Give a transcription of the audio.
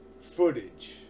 footage